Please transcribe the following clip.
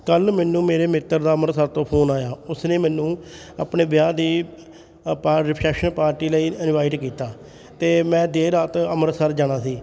ਕੱਲ੍ਹ ਮੈਨੂੰ ਮੇਰੇ ਮਿੱਤਰ ਦਾ ਅੰਮ੍ਰਿਤਸਰ ਤੋਂ ਫੋਨ ਆਇਆ ਉਸਨੇ ਮੈਨੂੰ ਆਪਣੇ ਵਿਆਹ ਦੀ ਆ ਪਾ ਰਿਸੈਪਸ਼ਨ ਪਾਰਟੀ ਲਈ ਇਨਵਾਈਟ ਕੀਤਾ ਅਤੇ ਮੈਂ ਦੇਰ ਰਾਤ ਅੰਮ੍ਰਿਤਸਰ ਜਾਣਾ ਸੀ